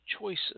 choices